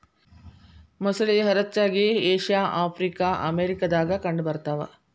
ಮೊಸಳಿ ಹರಚ್ಚಾಗಿ Asia Africa America ದಾಗ ಕಂಡ ಬರತಾವ